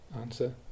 Answer